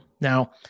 Now